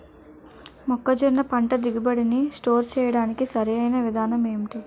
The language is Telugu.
మొక్కజొన్న పంట దిగుబడి నీ స్టోర్ చేయడానికి సరియైన విధానం ఎంటి?